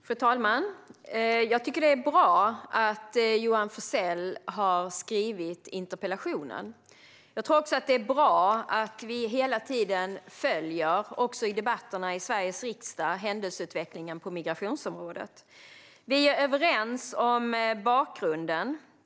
Fru talman! Det är bra att Johan Forssell har ställt denna interpellation. Det är också bra att vi hela tiden, även i debatterna i Sveriges riksdag, följer händelseutvecklingen på migrationsområdet. Vi är överens om bakgrunden.